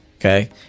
okay